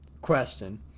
question